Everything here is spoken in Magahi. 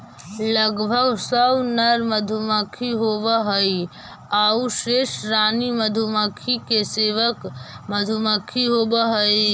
लगभग सौ नर मधुमक्खी होवऽ हइ आउ शेष रानी मधुमक्खी के सेवक मधुमक्खी होवऽ हइ